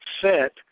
set